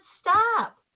stop